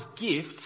gift